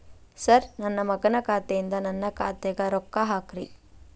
sir ನನ್ನ ಮಗನ ಖಾತೆ ಯಿಂದ ನನ್ನ ಖಾತೆಗ ರೊಕ್ಕಾ ಹಾಕ್ರಿ